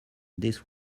this